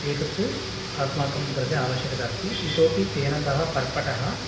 एतत्तु अस्माकं कृते आवश्यकता अस्ति इतोपि तेन सह पर्पटः